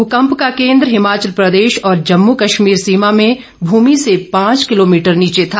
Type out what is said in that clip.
भूकम्प का केन्द्र हिमाचल प्रदेश और जम्मू कश्मीर सीमा में भूमि से पांच किलोमीटर नीचे था